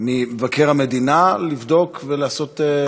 ממבקר המדינה לבדוק, לעשות בדיקה.